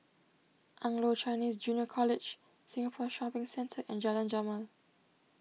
Anglo Chinese Junior College Singapore Shopping Centre and Jalan Jamal